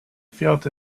felt